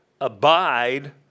Abide